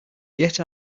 get